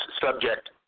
subject